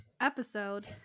episode